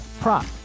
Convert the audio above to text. prop